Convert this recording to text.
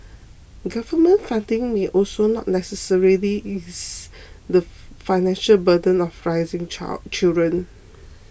government funding may also not necessarily ease the financial burden of raising child children